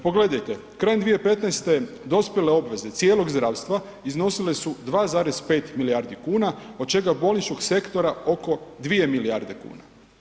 Pogledajte, krajem 2015. dospjele obveze cijelog zdravstva iznosile su 2,5 milijardu kuna, od čega bolničkog sektora oko 2 milijarde kuna.